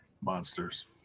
Monsters